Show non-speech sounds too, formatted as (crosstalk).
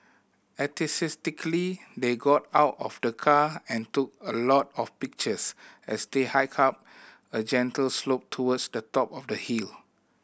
(unintelligible) they got out of the car and took a lot of pictures as they hiked up a gentle slope towards the top of the hill